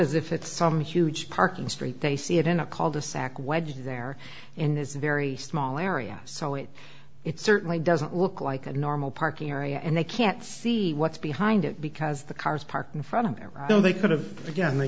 as if it's some huge parking street they see it in a called a sack wedge there in this very small area so it it certainly doesn't look like a normal parking area and they can't see what's behind it because the cars parked in front of their so they could have again they